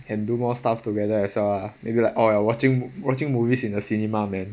can do more stuff together as well lah maybe like or like watching mov~ watching movies in the cinema man